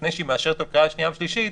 לפני שהיא מאשרת לקריאה שנייה ושלישית,